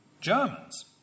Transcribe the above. Germans